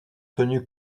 tenu